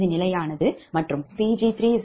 இது நிலையானது மற்றும்Pg3122